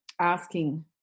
asking